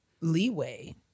leeway